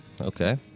Okay